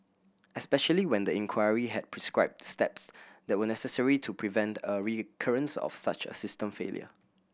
especially when the inquiry had prescribed steps that were necessary to prevent a recurrence of such a system failure